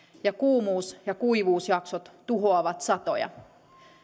ja kuumuus ja kuivuusjaksot tuhoavat satoja